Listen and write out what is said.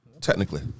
Technically